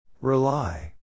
Rely